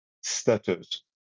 status